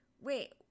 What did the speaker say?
Wait